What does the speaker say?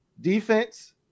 Defense